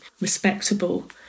respectable